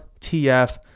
TF